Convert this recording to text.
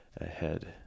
ahead